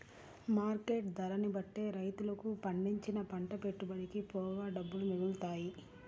market ధరని బట్టే రైతులకు పండించిన పంట పెట్టుబడికి పోగా డబ్బులు మిగులుతాయి